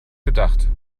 gedacht